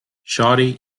shawty